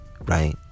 Right